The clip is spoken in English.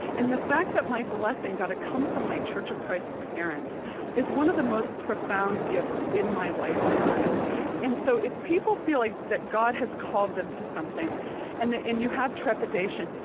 and the fact that my blessing got to come from my church of christ parents is one of the most profound gifts in my lifetime and so if people feel like that god has called them to something and and you have trepidation,